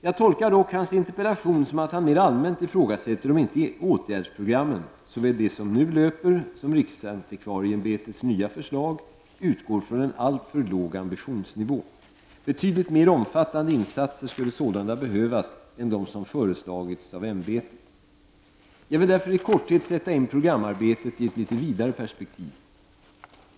Jag tolkar dock Lars Ernestams interpellation som att han mer allmänt ifrågasätter om inte åtgärdsprogrammen -- såväl det som nu löper som riksantikvarieämbetets nya förslag -- utgår från en alltför låg ambitionsnivå. Betydligt mer omfattande insatser skulle sålunda behövas än de som föreslagits av riksantikvarieämbetet. Jag vill därför i korthet sätta in programarbetet i ett litet vidare perspektiv.